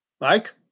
Mike